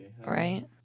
Right